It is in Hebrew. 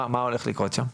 מה הולך לקרות שם?